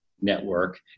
network